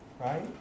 right